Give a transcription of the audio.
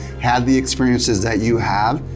had the experiences that you have,